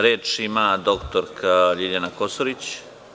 Reč ima dr Ljiljana Kosorić.